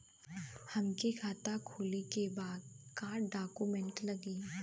हमके खाता खोले के बा का डॉक्यूमेंट लगी?